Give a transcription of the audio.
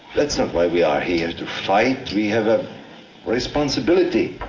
that's why we are here to fight. we have a responsibility,